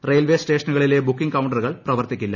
railway സ്റ്റേഷനുകളിലെ booking കൌണ്ടറുകൾ പ്രവർത്തിക്കില്ല